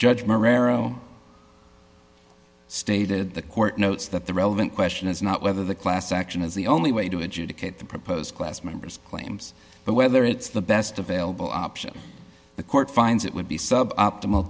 morrow stated the court notes that the relevant question is not whether the class action is the only way to adjudicate the proposed class members claims but whether it's the best available option the court finds it would be sub optimal